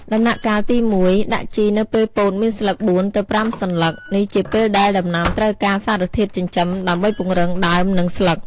ដំណាក់កាលទី១ ដាក់ជីនៅពេលពោតមានស្លឹក ៤ ទៅ ៥ សន្លឹក នេះជាពេលដែលដំណាំត្រូវការសារធាតុចិញ្ចឹមដើម្បីពង្រឹងដើម និងស្លឹក។